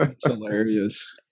Hilarious